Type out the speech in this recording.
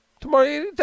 Tomorrow